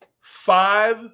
Five